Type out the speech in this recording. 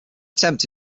attempt